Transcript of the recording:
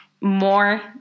more